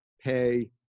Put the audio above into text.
pay